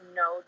no